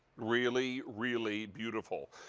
really, really beautiful.